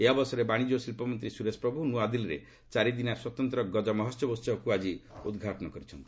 ଏହି ଅବସରରେ ବାଣିଜ୍ୟ ଓ ଶିଳ୍ପ ମନ୍ତ୍ରୀ ସୁରେଶ ପ୍ରଭୁ ନୂଆଦିଲ୍ଲୀରେ ଚାରିଦିନିଆ ସ୍ୱତନ୍ତ୍ର ଗଜ ମହୋହବ ଉହବକୁ ଉଦ୍ଘାଟନ କରିଛନ୍ତି